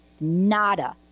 nada